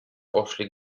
poszli